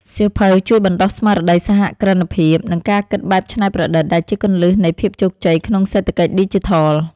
សៀវភៅជួយបណ្ដុះស្មារតីសហគ្រិនភាព និងការគិតបែបច្នៃប្រឌិត ដែលជាគន្លឹះនៃភាពជោគជ័យក្នុងសេដ្ឋកិច្ចឌីជីថល។